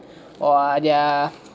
or their